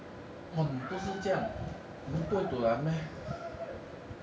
!wah! 你不是这样你不会 du lan meh